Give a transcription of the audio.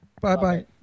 Bye-bye